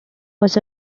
was